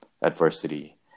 adversity